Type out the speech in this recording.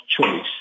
choice